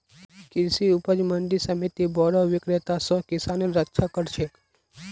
कृषि उपज मंडी समिति बोरो विक्रेता स किसानेर रक्षा कर छेक